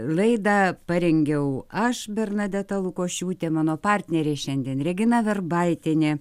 laidą parengiau aš bernadeta lukošiūtė mano partnerė šiandien regina verbaitienė